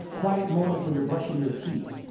quiet moments when you're brushing your teeth.